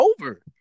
over